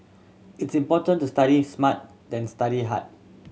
it's important to study smart than study hard